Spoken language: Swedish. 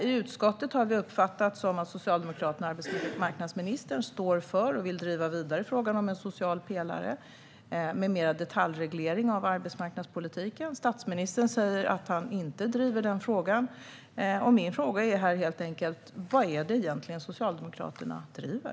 I utskottet har vi uppfattat det som att Socialdemokraterna och arbetsmarknadsministern vill driva vidare frågan om en social pelare med mer detaljreglering av arbetsmarknadspolitiken. Statsministern säger dock att han inte driver den frågan. Min fråga är helt enkelt: Vad är det egentligen Socialdemokraterna driver?